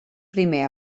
primer